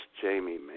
Jamie